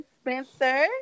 Spencer